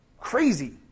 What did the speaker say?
Crazy